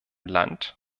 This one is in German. land